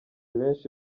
benshi